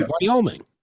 Wyoming